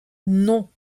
non